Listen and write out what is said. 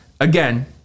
again